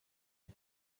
les